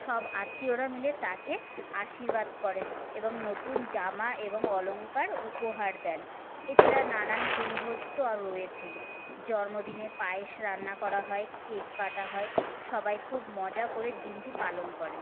সব আত্মীয়রা মিলে তাকে আশীর্বাদ করেন এবং নতুন জামা এবং অলংকার উপহার দেন এছাড়া নানান ভুরিভোজ তো রয়েছেই জর্মদিনে পায়েস রান্না করা হয় কেক কাটা হয় সবাই খুব মজা করে দিনটি পালন করেন